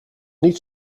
niet